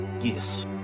Yes